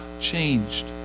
changed